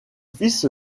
fils